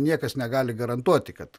niekas negali garantuoti kad